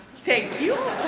thank you,